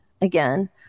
again